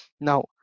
now